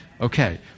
Okay